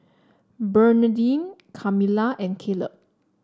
Bernardine Kamilah and Caleb